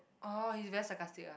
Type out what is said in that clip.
oh he's very sarcastic ah